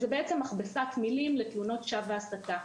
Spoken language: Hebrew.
זה בעצם מכבסת מילים לתלונות שווא והסתה.